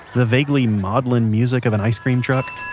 the vaguely maudlin music of an ice cream truck